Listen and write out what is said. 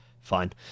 Fine